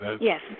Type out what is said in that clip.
yes